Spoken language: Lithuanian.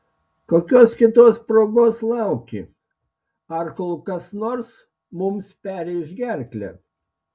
kokios kitos progos lauki ar kol kas nors mums perrėš gerklę